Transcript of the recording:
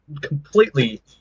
completely